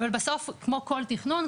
אבל בסוף כל תכנון,